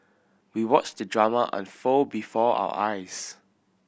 we watched the drama unfold before our eyes